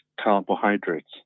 carbohydrates